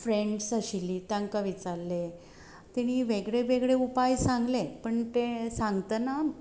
friends आशिल्लीं तांकां विचारले तेणी वेगळे वेगळे उपाय सांगले पण ते सांगतना